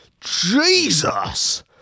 Jesus